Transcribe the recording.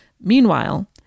Meanwhile